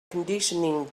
conditioning